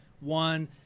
one